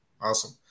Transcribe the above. Awesome